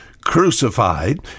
crucified